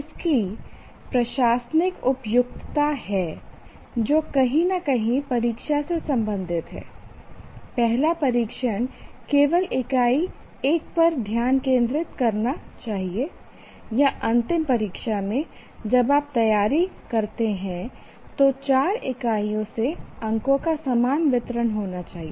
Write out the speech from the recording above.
इसकी प्रशासनिक उपयुक्तता है जो कहीं न कहीं परीक्षा से संबंधित है पहला परीक्षण केवल इकाई 1 पर ध्यान केंद्रित करना चाहिए या अंतिम परीक्षा में जब आप तैयारी करते हैं तो 4 इकाइयों से अंकों का समान वितरण होना चाहिए